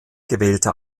gewählter